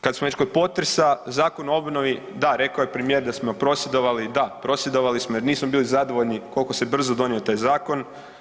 Kad smo već kod potresa Zakon o obnovi, da rekao je premijer da smo prosvjedovali, da prosvjedovali smo jer nismo bili zadovoljni kolko se brzo donio taj zakon.